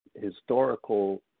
historical